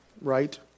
right